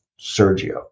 Sergio